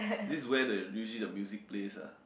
this is where the usually the music playlist lah